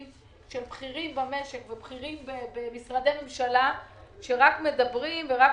של בכירים במשק ובכירים במשרדי ממשלה שרק מדברים ורק